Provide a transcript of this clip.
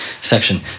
section